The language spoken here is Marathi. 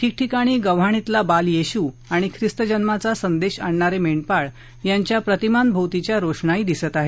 ठीकठिकाणी गव्हाणीतला बाल येशू आणि ख्रिस्तजन्माचा संदेश आणणारे मेंढपाळ यांच्या प्रतिमांभोवतीच्या रोषणाई दिसत आहे